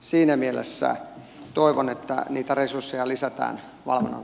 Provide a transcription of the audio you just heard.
siinä mielessä toivon että niitä resursseja lisätään valvonnan